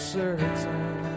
certain